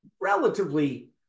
relatively